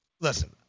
listen